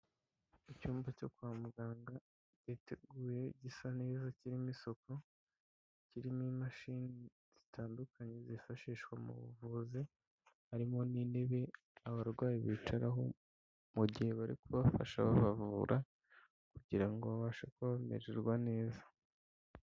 Icyumba cyo kwa muganga giteguye gisa neza kirimo isuku, kirimo imashini zitandukanye zifashishwa mu buvuzi, harimo n'intebe abarwayi bicaraho mu gihe bari kubafasha babavura kugira ngo babashe kuba bamererwa neza.